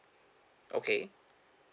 okay